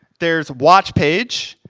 there's watch page,